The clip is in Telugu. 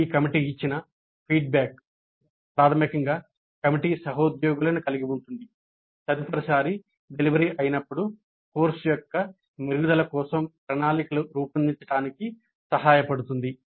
ఈ కమిటీ ఇచ్చిన ఫీడ్బ్యాక్ తదుపరిసారి డెలివరీ అయినప్పుడు కోర్సు యొక్క మెరుగుదల కోసం ప్రణాళికలు రూపొందించడానికి సహాయపడుతుంది